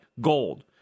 gold